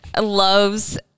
loves